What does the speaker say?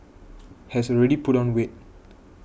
has already put on weight